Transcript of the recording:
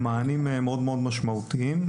למענים מאוד-מאוד משמעותיים,